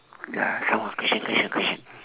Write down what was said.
ya some more question question question